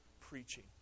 preaching